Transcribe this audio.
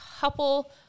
couple